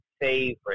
favorite